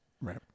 Right